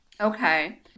Okay